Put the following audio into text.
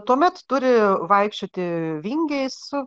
tuomet turi vaikščioti vingiais su